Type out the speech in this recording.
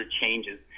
changes